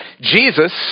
Jesus